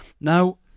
Now